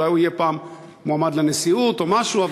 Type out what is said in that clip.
אולי הוא יהיה פעם מועמד לנשיאות או משהו,